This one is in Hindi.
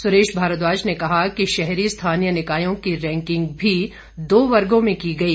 सुरेश भारद्वाज ने कहा कि शहरी स्थानीय निकायों की रैंकिंग भी दो वर्गो में की गई